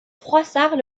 froissart